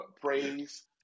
Praise